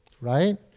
right